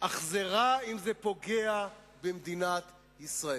אך זה רע אם זה פוגע במדינת ישראל.